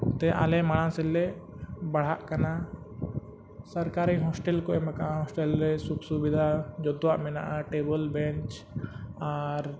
ᱛᱮ ᱟᱞᱮ ᱢᱟᱲᱟᱝ ᱥᱮᱫ ᱞᱮ ᱵᱟᱲᱦᱟᱜ ᱠᱟᱱᱟ ᱥᱚᱨᱠᱟᱨᱤ ᱦᱳᱥᱴᱮᱞ ᱠᱚ ᱮᱢ ᱠᱟᱜᱼᱟ ᱦᱳᱥᱴᱮᱞ ᱨᱮ ᱥᱩᱠ ᱥᱩᱵᱤᱫᱷᱟ ᱡᱚᱛᱚᱣᱟᱜ ᱢᱮᱱᱟᱜᱼᱟ ᱴᱮᱵᱤᱞ ᱵᱮᱧᱪ ᱟᱨ